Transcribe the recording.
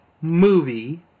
movie